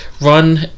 run